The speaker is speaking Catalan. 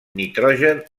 nitrogen